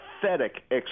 pathetic